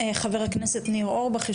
חבר הכנסת ניר אורבך,